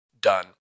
done